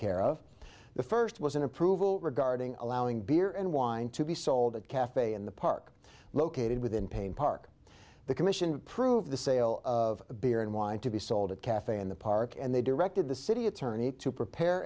care of the first was an approval regarding allowing beer and wine to be sold at a cafe in the park located within paine park the commission prove the sale of beer and wine to be sold at a cafe in the park and they directed the city attorney to prepare